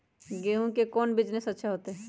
गेंहू के कौन बिजनेस अच्छा होतई?